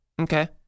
Okay